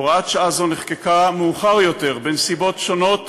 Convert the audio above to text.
הוראת שעה זו נחקקה מאוחר יותר, בנסיבות שונות